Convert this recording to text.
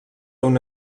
una